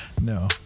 No